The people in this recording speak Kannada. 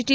ಟಿ